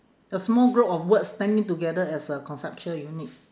a small group of words standing together as a conceptual unit